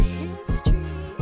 history